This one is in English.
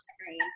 screen